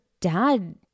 dad